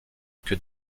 que